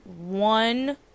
one